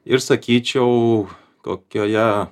ir sakyčiau kokioje